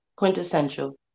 Quintessential